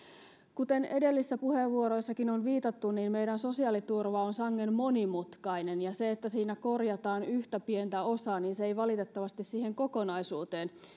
kuten edellisissä puheenvuoroissakin on viitattu niin meidän sosiaaliturva on sangen monimutkainen ja se että siitä korjataan yhtä pientä osaa ei valitettavasti siihen kokonaisuuteen